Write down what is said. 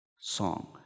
song